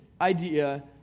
idea